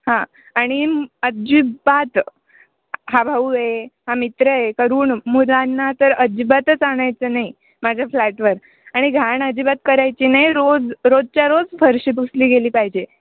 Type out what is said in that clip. हां आणि अजिबात हा भाऊ आहे हा मित्र आहे करून मुलांना तर अजिबातच आणायचं नाही माझ्या फ्लॅटवर आणि घाण अजिबात करायची नाही रोज रोजच्या रोज फरशी पुसली गेली पाहिजे